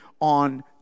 on